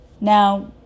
Now